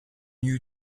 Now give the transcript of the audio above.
you